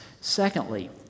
Secondly